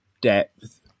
depth